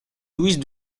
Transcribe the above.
louise